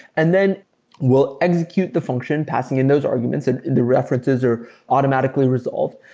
and then we'll execute the function, passing in those arguments and the references are automatically resolved.